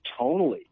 tonally